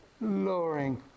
lowering